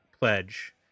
Pledge